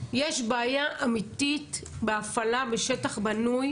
יש בעיה אמיתית בהפעלה בשטח בנוי,